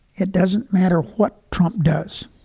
it doesn't matter what trump does,